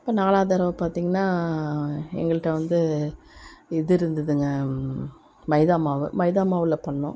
இப்போ நாலாவது தடவ பார்த்திங்கன்னா எங்கள்கிட்ட வந்து இது இருந்ததுங்க மைதா மாவு மைதா மாவில் பண்ணோம்